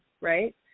Right